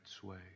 sway